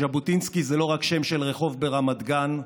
שז'בוטינסקי זה לא רק שם של רחוב ברמת גן,